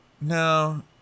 No